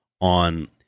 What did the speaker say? on